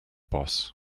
boss